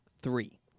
Three